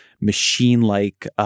machine-like